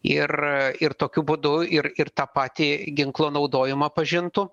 ir ir tokiu būdu ir ir tą patį ginklo naudojimą pažintų